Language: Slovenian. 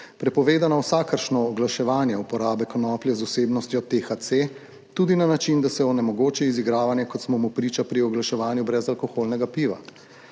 prepovedano vsakršno oglaševanje uporabe konoplje z vsebnostjo THC tudi na način, da se onemogoči izigravanje, kot smo mu priča pri oglaševanju brezalkoholnega piva.